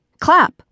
clap